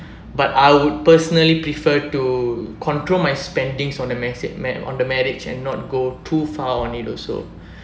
but I would personally prefer to control my spendings on the message mar~ on the marriage and not go too far on it also